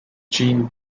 jean